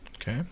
Okay